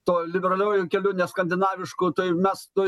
tuo liberaliuoju keliu ne skandinavišku tai mes tuoj